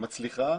מצליחה,